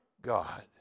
God